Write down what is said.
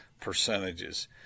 percentages